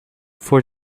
for